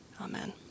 Amen